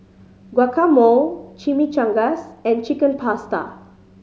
Guacamole Chimichangas and Chicken Pasta